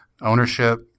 ownership